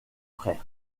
frère